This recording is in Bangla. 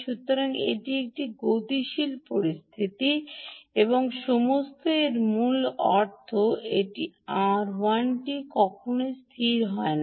সুতরাং এটি একটি গতিশীল পরিস্থিতি এবং এর মূল অর্থ এই Rl টি কখনই স্থির হয় না